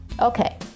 Okay